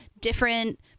different